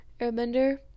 airbender